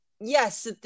Yes